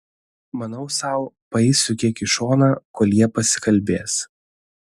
manau sau paeisiu kiek į šoną kol jie pasikalbės